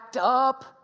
up